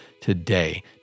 today